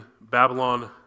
Babylon